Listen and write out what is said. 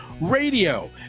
radio